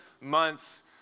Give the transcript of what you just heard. months